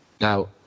Now